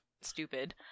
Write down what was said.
stupid